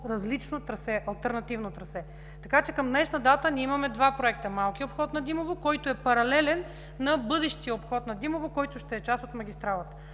различно, алтернативно трасе. Така че към днешна дата имаме два проекта: малкият обход на Димово, който е паралелен на бъдещия обход на Димово, който ще е част от магистралата.